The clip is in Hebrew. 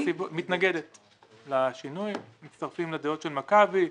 אנחנו מצטרפים לדעות של מכבי.